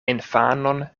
infanon